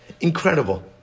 Incredible